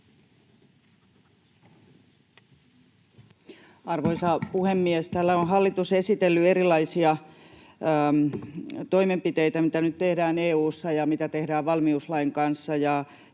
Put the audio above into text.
Arvoisa puhemies! Täällä on hallitus esitellyt erilaisia toimenpiteitä, mitä nyt tehdään EU:ssa ja mitä tehdään valmiuslain kanssa